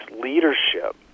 leadership